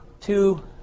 two